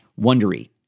Wondery